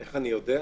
איך אני יודע?